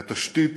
והיא התשתית